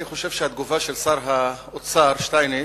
אני חושב שהתגובה של שר האוצר יובל שטייניץ,